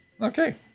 Okay